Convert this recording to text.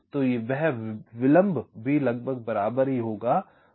तो वह विलंब भी लगभग बराबर ही होगा